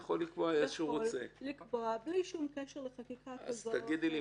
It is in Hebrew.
יכול לקבוע בלי שום קשר לחקיקה כזאת או אחרת,